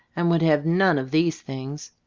and would have none of these things.